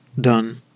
done